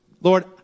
Lord